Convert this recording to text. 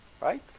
Right